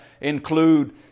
include